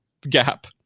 gap